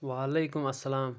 وعلیکُم السلام